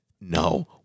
No